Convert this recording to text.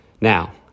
Now